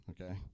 Okay